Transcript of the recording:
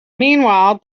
meanwhile